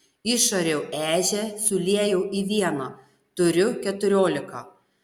išariau ežią suliejau į vieną turiu keturiolika